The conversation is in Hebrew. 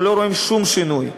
אנחנו לא רואים שום שינוי.